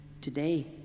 today